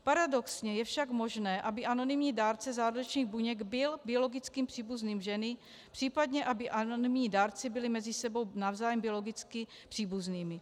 Paradoxně je však možné, aby anonymní dárce zárodečných buněk byl biologickým příbuzným ženy, případně aby anonymní dárci byli mezi sebou navzájem biologicky příbuznými.